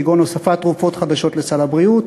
כגון הוספת תרופות חדשות לסל הבריאות,